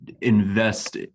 invest